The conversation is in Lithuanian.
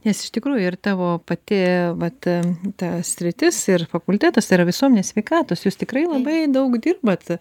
nes iš tikrųjų ir tavo pati vat ta sritis ir fakultetas tai yra visuomenės sveikatos jūs tikrai labai daug dirbat